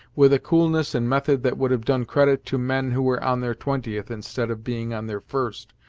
with a coolness and method that would have done credit to men who were on their twentieth, instead of being on their first,